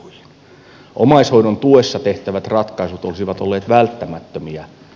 omaishoidon tuessa tehtävät ratkaisut olisivat olleet välttämättömiä